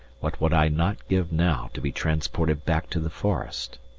what would i not give now to be transported back to the forest!